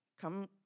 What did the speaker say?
come